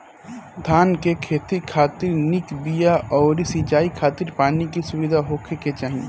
धान के खेती खातिर निक बिया अउरी सिंचाई खातिर पानी के सुविधा होखे के चाही